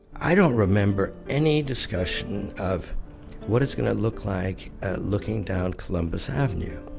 i don't remember any discussion of what it's gonna look like looking down columbus avenue.